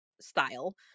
style